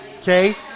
okay